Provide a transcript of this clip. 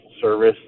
Service